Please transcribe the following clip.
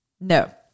No